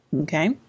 Okay